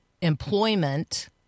employment